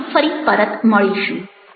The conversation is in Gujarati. આપણે ફરી પરત મળીશું